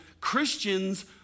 Christians